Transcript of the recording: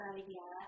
idea